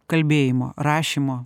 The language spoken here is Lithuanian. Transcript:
kalbėjimo rašymo